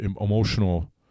emotional